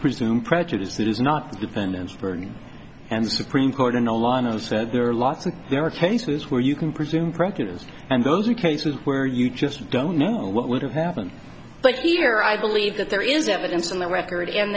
presume prejudice that is not and the supreme court in a line of said there are lots and there are cases where you can presume crocuses and those you cases where you just don't know what would have happened but here i believe that there is evidence on the record and